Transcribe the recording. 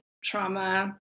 trauma